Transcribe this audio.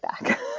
back